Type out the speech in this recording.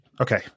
Okay